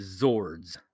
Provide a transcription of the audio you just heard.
Zords